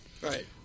Right